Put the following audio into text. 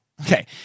okay